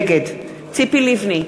נגד ציפי לבני,